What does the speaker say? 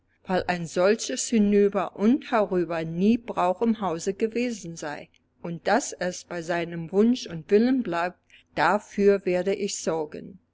weil ein solches hinüber und herüber nie brauch im hause gewesen sei und daß es bei seinem wunsch und willen bleibt dafür werde ich sorgen